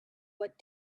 what